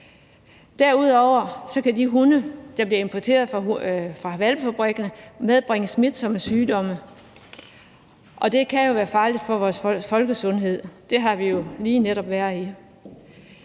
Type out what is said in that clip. Derudover kan de hunde, der bliver importeret fra hvalpefabrikkerne, medbringe smitsomme sygdomme, og det kan være farligt for vores folkesundhed. Den situation har vi jo lige netop været i.